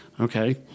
okay